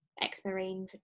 ex-marine